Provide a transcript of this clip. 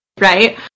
right